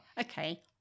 okay